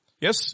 Yes